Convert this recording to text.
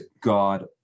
god